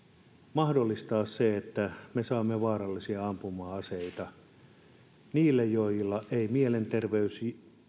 mahdollistaa se että vaarallisia ampuma aseita saavat ne joilla ei mielenterveys